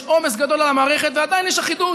יש עומס גדול על המערכת, ועדיין יש אחידות.